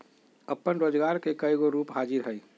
अप्पन रोजगार के कयगो रूप हाजिर हइ